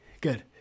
Good